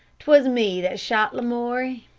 t was me that shot lamoury.